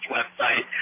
website